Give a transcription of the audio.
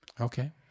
Okay